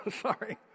sorry